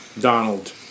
Donald